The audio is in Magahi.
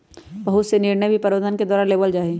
बहुत से निर्णय भी प्रबन्धन के द्वारा लेबल जा हई